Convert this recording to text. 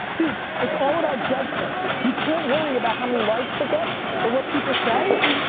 dude, it's all about judgment, you can't worry about how many likes it gets, or what people say.